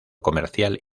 comercial